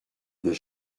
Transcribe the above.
des